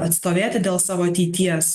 atstovėti dėl savo ateities